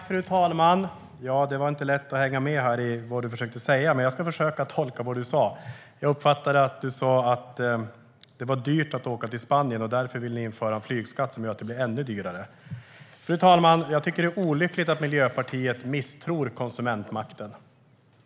Fru talman! Det var inte lätt att hänga med i vad du försökte säga, Annika Hirvonen Falk, men jag ska försöka tolka vad du sa. Jag uppfattade att du sa att det är dyrt att åka till Spanien och att ni därför vill införa en flygskatt som gör att det blir ännu dyrare. Fru talman! Jag tycker att det är olyckligt att Miljöpartiet misstror konsumentmakten.